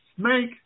snake